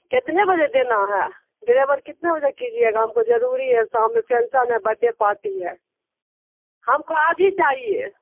کتنے بجے دینا ہے ڈلیور کتنا بجے کیجیے گا ہم کو ضروری ہے شام میں پھینسن ہے برتھ ڈے پارٹی ہے ہم کو آج ہی چاہیے